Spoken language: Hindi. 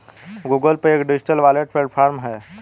गूगल पे एक डिजिटल वॉलेट प्लेटफॉर्म है